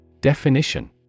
Definition